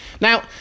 Now